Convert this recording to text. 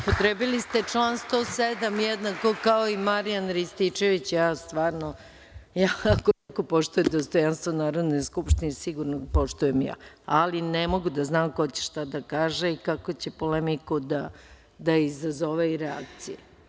Upotrebili ste član 107, jednako kao i Marjan Rističević, stvarno jako poštujem dostojanstvo Narodne skupštine i sigurno poštujem, ali ne mogu da znam ko će šta da kaže i kakvu će polemiku da izazove i reakcije.